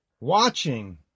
watching